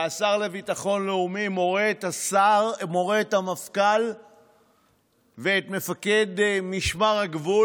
והשר לביטחון לאומי מורה למפכ"ל ולמפקד משמר הגבול